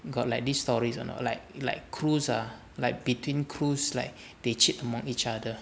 got like these stories or not like like crews ah like between crews like they cheat among each other